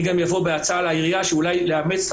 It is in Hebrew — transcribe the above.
אני גם אבוא בהצעה לעירייה אולי לאמץ את